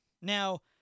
Now